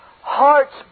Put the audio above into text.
hearts